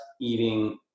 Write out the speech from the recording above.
eating